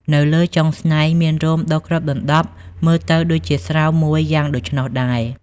នៅលើចុងស្នែងមានរោមដុះគ្របដណ្ដប់មើលទៅដូចជាស្រោមមួយយ៉ាងដូច្នោះដែរ។